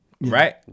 right